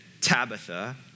Tabitha